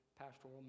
pastoral